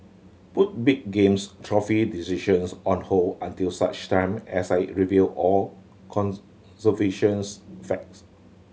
put big games trophy decisions on hold until such time as I review all conservation facts